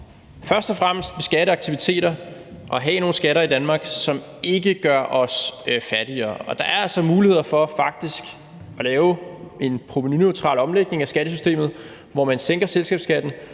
forsøge at beskatte aktiviteter og have nogle skatter i Danmark, som ikke gør os fattigere, og der er altså faktisk muligheder for at lave en provenuneutral omlægning af skattesystemet, hvor man sænker selskabsskatten,